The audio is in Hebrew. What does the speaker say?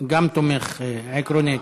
גם תומך עקרונית,